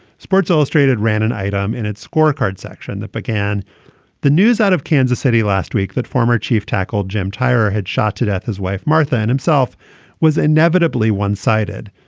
sports illustrated ran an item in its scorecard section that began the news out of kansas city last week that former chief tackled jim tyrer had shot to death. his wife, martha and himself was inevitably one sided.